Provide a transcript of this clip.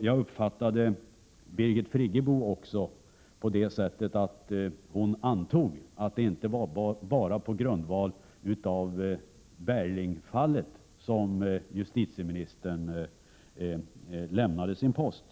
Jag uppfattade Birgit Friggebo så, att hon antog att det inte bara var på grundval av Berglingfallet som justitieministern lämnade sin post.